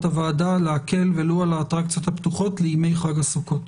הוועדה להקל ולו על האטרקציות הפתוחות לימי חג הסוכות.